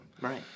Right